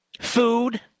Food